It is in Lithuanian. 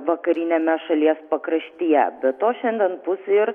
vakariniame šalies pakraštyje beto šiandien pūs ir